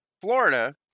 Florida